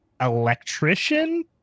electrician